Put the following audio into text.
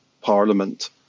Parliament